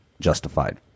justified